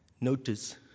notice